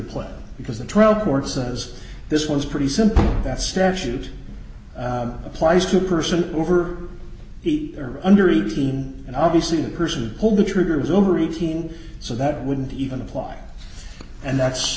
play because the trial court says this was pretty simple that statute applies to a person over he or under eighteen and obviously the person hold the trigger was over eighteen so that wouldn't even apply and that's